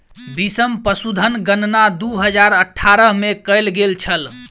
बीसम पशुधन गणना दू हजार अठारह में कएल गेल छल